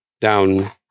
down